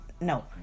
No